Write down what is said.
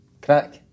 crack